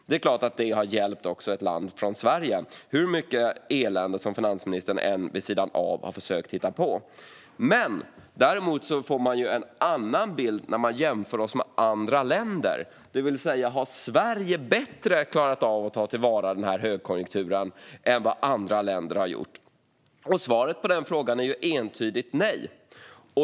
Det är klart att det har hjälpt också ett land som Sverige, hur mycket elände som finansministern än har försökt hitta på vid sidan av. Däremot får man en annan bild när man jämför oss med andra länder för att se om Sverige bättre har klarat av att ta vara på högkonjunkturen än vad andra länder har gjort. Svaret på det är entydigt nej.